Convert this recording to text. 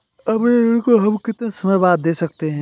अपने ऋण को हम कितने समय बाद दे सकते हैं?